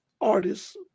artists